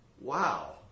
Wow